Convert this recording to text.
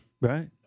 Right